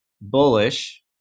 bullish